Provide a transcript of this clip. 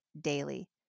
daily